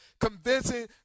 convincing